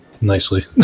nicely